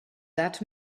that